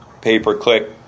pay-per-click